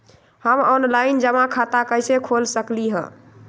हम ऑनलाइन जमा खाता कईसे खोल सकली ह?